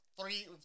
three